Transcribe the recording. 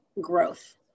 growth